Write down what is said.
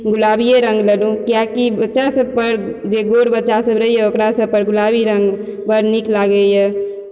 गुलाबिये रङ्ग लेलहुँ किएक कि बच्चा सबपर जे गोर बच्चा सब रहइए ओकरा सबपर गुलाबी रङ्ग बड़ नीक लागइए